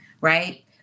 right